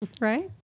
right